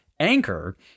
Anchor